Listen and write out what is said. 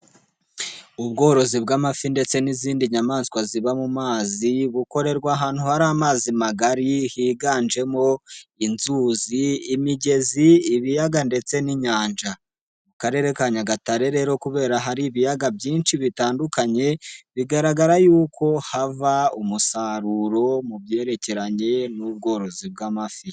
Ubworozi bw'amafi ndetse n'izindi nyamaswa ziba mu mazi, bukorerwa ahantu hari amazi magari, higanjemo: inzuzi, imigezi, ibiyaga ndetse n'inyanja. Mu karere ka Nyagatare rero kubera hari ibiyaga byinshi bitandukanye, bigaragara yuko hava umusaruro mu byerekeranye n'ubworozi bw'amafizi.